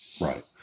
Right